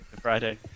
Friday